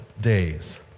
days